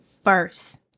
First